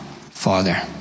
Father